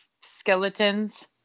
skeletons